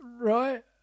right